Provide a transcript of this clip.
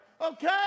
Okay